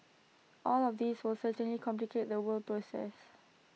all of these will certainly complicate the were process